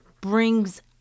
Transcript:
brings